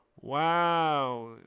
Wow